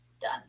Done